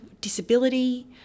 disability